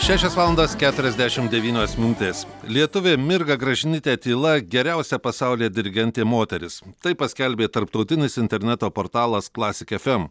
šešios valandos keturiasdešimt devynios minutės lietuvė mirga gražinyte tyla geriausia pasaulyje dirigentė moteris tai paskelbė tarptautinis interneto portalas classic fm